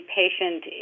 patient